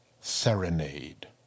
Serenade